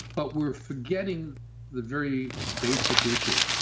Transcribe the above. but we're forgetting the very basic issue,